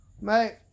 Mate